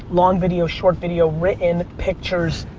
long video, short video, written, pictures.